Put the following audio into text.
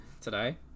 today